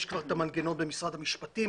יש כבר את המנגנון במשרד המשפטים,